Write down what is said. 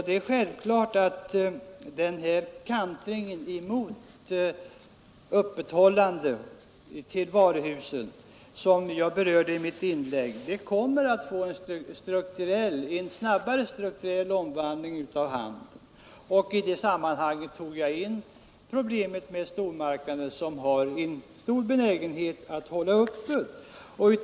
Det är självklart att den kantring mot söndagsöppethållande på varuhusen som jag berörde i mitt inlägg kommer att leda till en snabbare strukturell omvandling av handeln. I detta sammanhang tog jag upp problemet med stormarknader, som har en stark benägenhet att ha söndagsöppet.